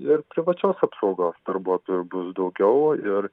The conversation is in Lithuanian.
ir privačios apsaugos darbuotojų bus daugiau ir